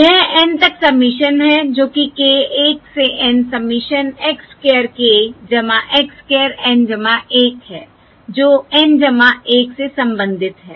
यह N तक summation है जो कि k1 से N summation x square k x square N 1 है जो N 1 से संबंधित है